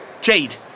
Jade